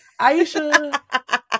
Aisha